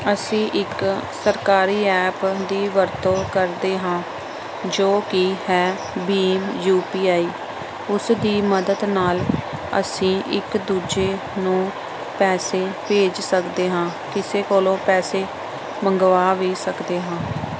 ਅਸੀਂ ਇੱਕ ਸਰਕਾਰੀ ਐਪ ਦੀ ਵਰਤੋਂ ਕਰਦੇ ਹਾਂ ਜੋ ਕਿ ਹੈ ਬੀਮ ਯੂ ਪੀ ਆਈ ਉਸ ਦੀ ਮਦਦ ਨਾਲ ਅਸੀਂ ਇੱਕ ਦੂਜੇ ਨੂੰ ਪੈਸੇ ਭੇਜ ਸਕਦੇ ਹਾਂ ਕਿਸੇ ਕੋਲੋਂ ਪੈਸੇ ਮੰਗਵਾ ਵੀ ਸਕਦੇ ਹਾਂ